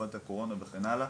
תקופת הקורונה וכן הלאה.